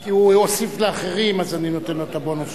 כי הוא הוסיף לאחרים, אז אני נותן לו את הבונוס.